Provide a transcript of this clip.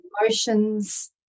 emotions